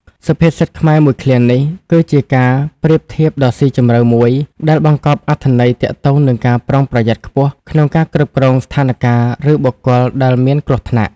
សុភាសិតខ្មែរមួយឃ្លានេះ គឺជាការប្រៀបធៀបដ៏ស៊ីជម្រៅមួយដែលបង្កប់អត្ថន័យទាក់ទងនឹងការប្រុងប្រយ័ត្នខ្ពស់ក្នុងការគ្រប់គ្រងស្ថានការណ៍ឬបុគ្គលដែលមានគ្រោះថ្នាក់ ។